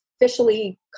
officially